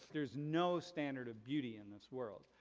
there's no standard of beauty in this world.